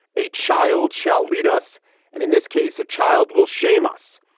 a child shall lead us and in this case, a child will shame us.